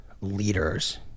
leaders